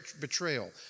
betrayal